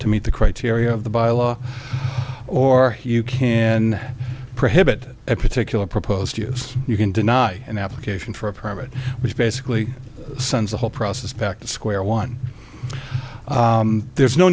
to meet the criteria of the by law or you can prohibit a particular proposed use you can deny an application for a permit which basically sends a whole process back to square one there's no